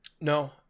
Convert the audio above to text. No